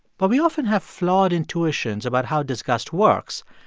but we often have flawed intuitions about how disgust works,